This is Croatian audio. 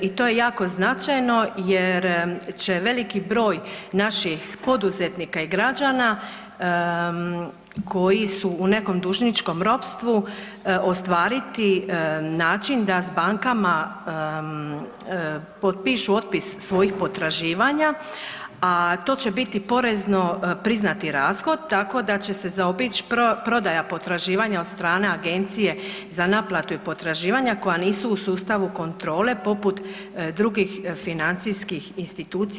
I to je jako značajno jer će veliki broj naših poduzetnika i građana koji su u nekom dužničkom ropstvu ostvariti način da s bankama potpišu otpis svojih potraživanja, a to će biti porezno priznati rashod tako da će se zaobić prodaja potraživanja od strane Agencije za naplatu i potraživanje, a koja nisu u sustavu kontrole poput drugih financijskih institucija.